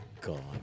God